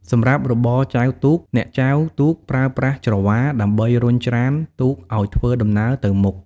សម្រាប់របរចែវទូក អ្នកចែវទូកប្រើប្រាស់ ច្រវា ដើម្បីរុញច្រានទូកឲ្យធ្វើដំណើរទៅមុខ។